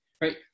right